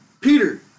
Peter